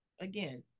again